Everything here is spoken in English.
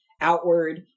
outward